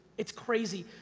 it's crazy.